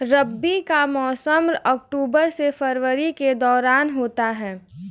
रबी का मौसम अक्टूबर से फरवरी के दौरान होता है